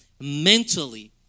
mentally